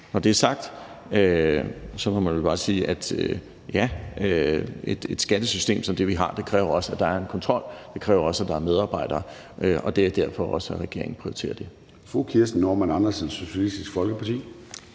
Når det er sagt, må man vel bare sige, at ja, et skattesystem som det, vi har, kræver også, at der er en kontrol. Det kræver også, at der er medarbejdere, og det er også derfor, at regeringen prioriterer det.